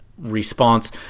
response